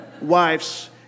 wives